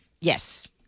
Yes